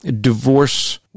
divorce